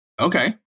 Okay